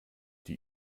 die